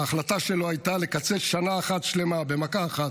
ההחלטה שלו הייתה לקצץ שנה אחת שלמה במכה אחת,